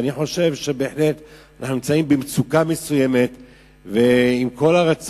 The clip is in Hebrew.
אנחנו בהחלט נמצאים במצוקה מסוימת, ולמרות